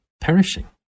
perishing